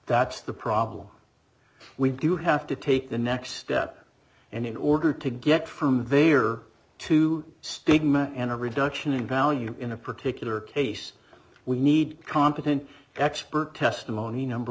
that's the problem we do have to take the next step and in order to get from they are to statement and a reduction in value in a particular case we need competent expert testimony number